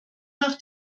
nach